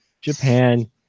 Japan